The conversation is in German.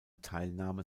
teilnahme